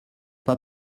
pas